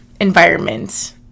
environment